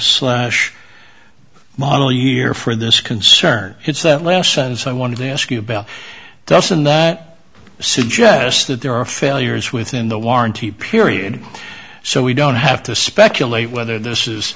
slash model year for this concern it's that last sentence i want to ask you about doesn't that suggest that there are failures within the warranty period so we don't have to speculate whether this is